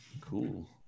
cool